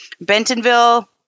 Bentonville